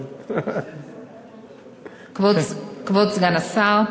כבוד סגן השר,